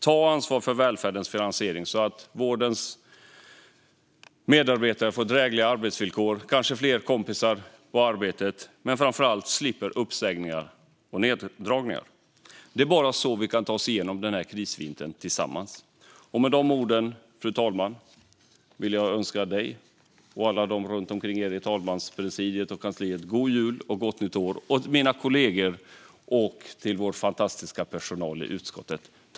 Ta ansvar för välfärdens finansiering så att vårdens medarbetare får drägliga arbetsvillkor och kanske fler kompisar på arbetet men framför slipper uppsägningar och neddragningar! Det är bara så vi kan ta oss igenom den här krisvintern tillsammans. Med de orden vill jag önska fru talmannen och alla i talmanspresidiet och på kansliet en god jul och ett gott nytt år. Detsamma önskar jag mina kollegor och vår fantastiska personal i utskottet.